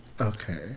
Okay